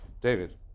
David